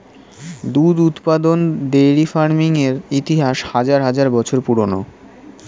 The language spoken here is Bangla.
দুধ উৎপাদন ডেইরি ফার্মিং এর ইতিহাস হাজার হাজার বছর পুরানো